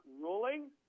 ruling